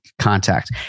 contact